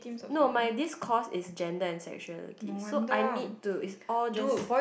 no my this course is gender and sexuality so I need to is all just